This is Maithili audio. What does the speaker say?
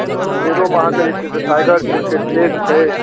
शेरोमे अहाँकेँ जे छै से टाइगर छै शेर छै